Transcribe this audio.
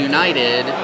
United